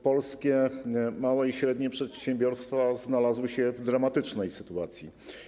Polskie małe i średnie przedsiębiorstwa znalazły się w dramatycznej sytuacji.